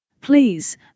please